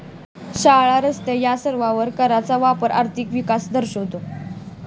शाळा, रस्ते या सर्वांवर कराचा वापर आर्थिक विकास दर्शवतो